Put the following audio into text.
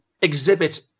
exhibit